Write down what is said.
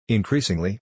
Increasingly